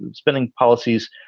and spending policies.